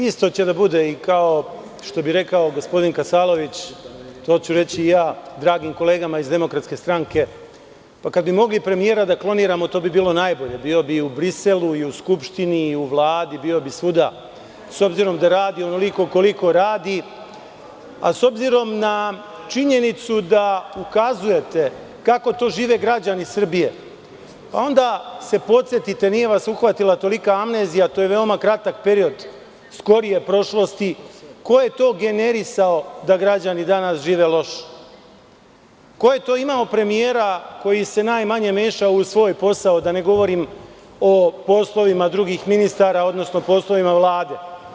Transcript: Isto će da bude kao što gospodin Kasalović, to ću reći i ja dragim kolegama iz DS-a, kada bi mogli i premijera da kloniramo, to bi bilo najbolje, bio bi u Briselu, u Skupštini, Vladi, bio bi svuda, s obzirom da radi onoliko koliko radi, a s obzirom na činjenicu da ukazujete kako žive građani Srbije, onda se podsetite, nije vas uhvatila tolika amnezija, to je veoma kratak period, skorije prošlosti, ko je to generisao da građani danas žive loše, ko je imao premijera koji se najmanje mešao u svoj posao, da ne govorim o poslovima drugih ministara, odnosno poslovima Vlade.